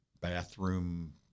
bathroom